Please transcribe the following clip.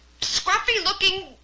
scruffy-looking